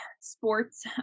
sports